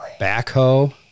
Backhoe